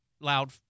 loud